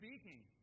speaking